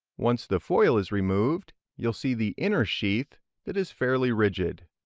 once the foil is removed, you will see the inner sheath that is fairly rigid.